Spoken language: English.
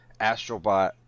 astrobot